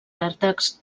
vèrtexs